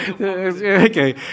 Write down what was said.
Okay